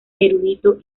erudito